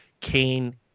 Kane